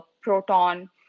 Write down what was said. proton